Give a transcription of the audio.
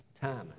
timing